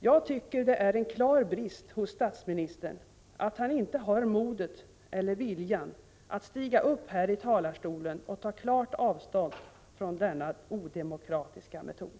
Jag tycker att det är en klar brist hos statsministern att han inte har modet, eller viljan, att stiga upp i talarstolen och ta klart avstånd från denna odemokratiska metod.